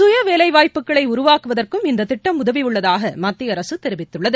சுய வேலைவாய்ப்புக்களைஉருவாக்குவதற்கும் இந்ததிட்டங உதவியுள்ளதாகமத்தியஅரசுதெரிவித்துள்ளது